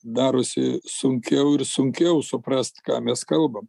darosi sunkiau ir sunkiau suprast ką mes kalbam